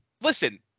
Listen